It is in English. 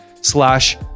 slash